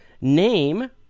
name